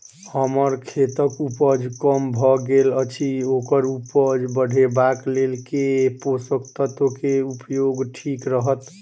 हम्मर खेतक उपज कम भऽ गेल अछि ओकर उपज बढ़ेबाक लेल केँ पोसक तत्व केँ उपयोग ठीक रहत?